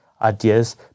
ideas